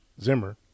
Zimmer